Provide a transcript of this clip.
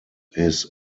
his